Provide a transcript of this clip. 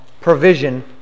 provision